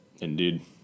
Indeed